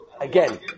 Again